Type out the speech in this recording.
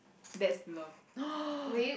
that's love